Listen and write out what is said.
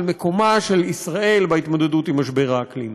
על מקומה של ישראל בהתמודדות עם משבר האקלים.